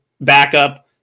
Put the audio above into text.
backup